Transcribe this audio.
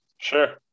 sure